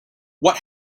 what